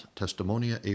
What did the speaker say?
testimonia